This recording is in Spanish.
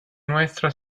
nuestra